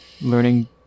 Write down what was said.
learning